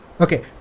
Okay